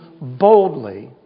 boldly